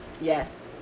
yes